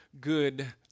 good